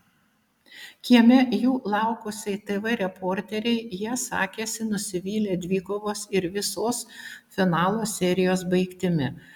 kieme jų laukusiai tv reporterei jie sakėsi nusivylę dvikovos ir visos finalo serijos baigtimi